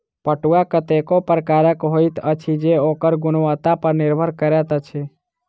पटुआ कतेको प्रकारक होइत अछि जे ओकर गुणवत्ता पर निर्भर करैत अछि